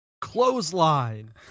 Clothesline